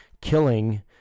killing